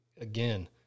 again